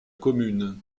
commune